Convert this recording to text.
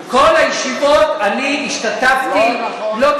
כל הישיבות, אני השתתפתי, לא נכון.